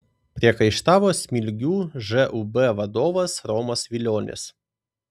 priekaištavo smilgių žūb vadovas romas vilionis